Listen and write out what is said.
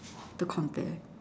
to compare